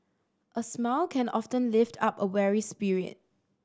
a smile can often lift up a weary spirit